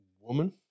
woman